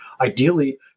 Ideally